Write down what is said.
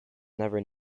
never